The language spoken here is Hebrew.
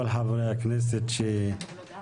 נשרת את כל אזרחי המדינה ללא יוצא מן הכלל וללא משוא